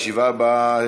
הישיבה הבאה